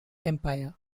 empire